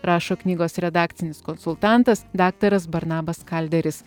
rašo knygos redakcinis konsultantas daktaras barnabas kalderis